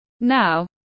Now